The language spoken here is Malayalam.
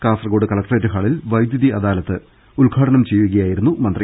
കാസർകോട് കലക്ട്രേറ്റ് ഹാളിൽ വൈദ്യുതി അദാലത്ത് ഉദ്ഘാടനം ചെയ്യുകയായിരുന്നു മന്ത്രി